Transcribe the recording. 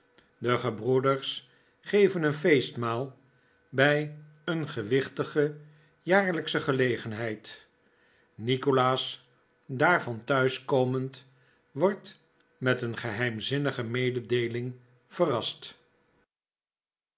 de gebroeders geven een feestmaal bij een gewichtige jaarlijksche gelegenheid nikolaas daarvan thuis komend wordt met een geheimzinnige mededeeling verrast